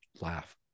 laugh